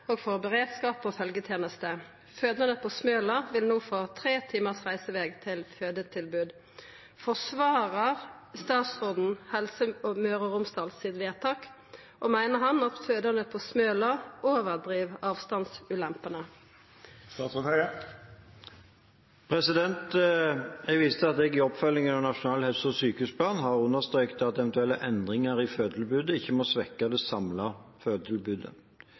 og for beredskap og følgjeteneste. Fødande på Smøla vil no få tre timars reiseveg til fødetilbod. Forsvarar statsråden Helse Møre og Romsdal sitt vedtak, og meiner han at fødande på Smøla overdriv avstandsulempene?» Jeg viser til at jeg i oppfølgingen av Nasjonal helse- og sykehusplan har understreket at eventuelle endringer i fødetilbudet ikke må svekke det samlede fødetilbudet.